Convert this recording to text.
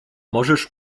możesz